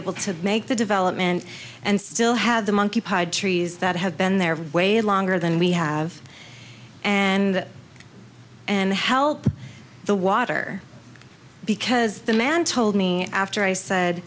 able to make the development and still have the monkey trees that have been there for way longer than we have and and help the water because the man told me after i said